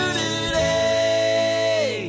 today